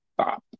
stop